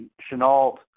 Chenault